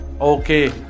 Okay